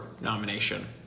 nomination